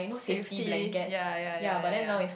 safety ya ya ya ya ya